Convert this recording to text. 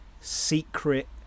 secret